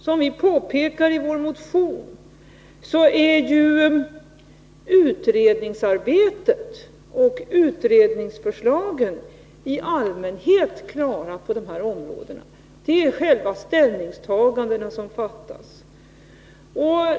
Som vi påpekar i vår motion är utredningsarbetet och utredningsförslagen i allmänhet klara på de här områdena. Det är själva ställningstagandena som saknas.